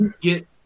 get